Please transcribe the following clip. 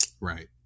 Right